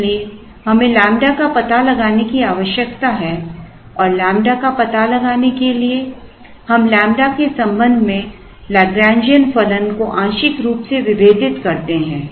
इसलिए हमें लैम्ब्डा का पता लगाने की आवश्यकता है और लैम्ब्डा का पता लगाने के लिए हम लैम्ब्डा के संबंध में लैग्रैन्जियन फलन को आंशिक रूप से विभेदित करते हैं